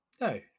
No